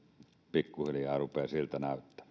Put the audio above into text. pikkuhiljaa rupeaa siltä näyttämään